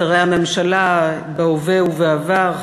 שרי הממשלה בהווה ובעבר,